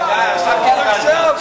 עכשיו קלקלת.